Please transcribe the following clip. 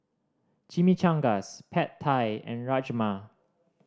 Chimichangas Pad Thai and Rajma